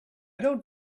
don’t